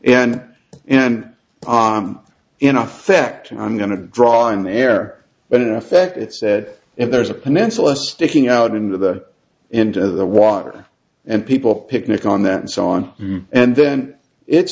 and and in effect i'm going to draw in the air but in effect it said if there's a peninsula sticking out into the into the water and people picnic on that and so on and then it's